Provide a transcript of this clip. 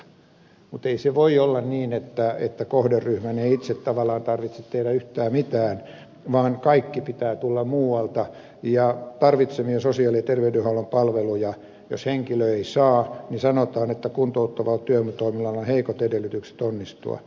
mutta ei se voi olla niin että kohderyhmän ei itse tavallaan tarvitse tehdä yhtään mitään vaan kaiken pitää tulla muualta ja jos henkilö ei saa tarvitsemiaan sosiaali ja terveydenhuollon palveluja niin sanotaan että kuntouttavalla työvoimatoiminnalla on heikot edellytykset onnistua